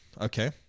Okay